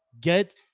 Get